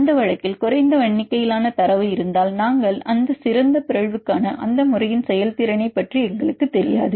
அந்த வழக்கில் குறைந்த எண்ணிக்கையிலான தரவு இருந்தால் நாங்கள் அந்த சிறந்த பிறழ்வுக்கான அந்த முறையின் செயல்திறனைப் பற்றி எங்களுக்குத் தெரியாது